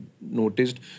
noticed